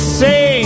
say